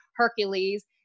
Hercules